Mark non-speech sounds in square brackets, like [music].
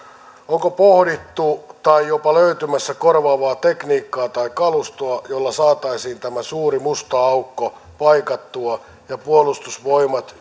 onko pohdittu tai jopa löytymässä korvaavaa tekniikkaa tai kalustoa jolla saataisiin tämä suuri musta aukko paikattua ja puolustusvoimat [unintelligible]